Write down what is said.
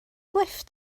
lifft